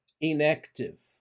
inactive